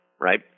Right